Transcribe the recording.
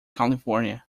california